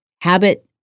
habit